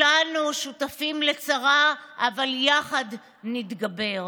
שכולנו שותפים לצרה אבל יחד נתגבר.